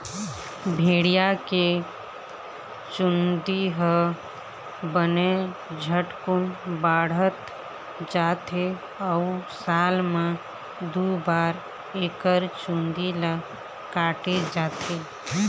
भेड़िया के चूंदी ह बने झटकुन बाढ़त जाथे अउ साल म दू बार एकर चूंदी ल काटे जाथे